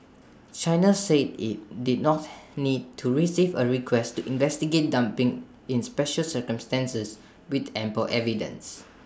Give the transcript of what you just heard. China said IT did not need to receive A request to investigate dumping in special circumstances with ample evidence